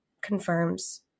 confirms